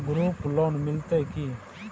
Group loan मिलतै की?